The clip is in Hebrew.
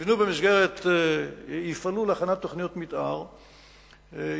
יפעלו להכנת תוכניות מיתאר,